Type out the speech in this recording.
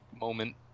moment